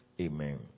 amen